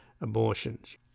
abortions